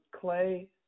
Clay